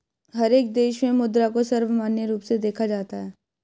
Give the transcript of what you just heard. हर एक देश में मुद्रा को सर्वमान्य रूप से देखा जाता है